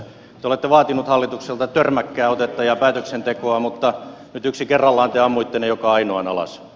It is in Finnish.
te olette vaatinut hallitukselta törmäkkää otetta ja päätöksentekoa mutta nyt yksi kerrallaan te ammuitte ne joka ainoan alas